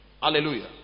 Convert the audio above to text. Hallelujah